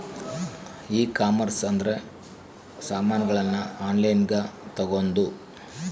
ಈ ಕಾಮರ್ಸ್ ಅಂದ್ರ ಸಾಮಾನಗಳ್ನ ಆನ್ಲೈನ್ ಗ ತಗೊಂದು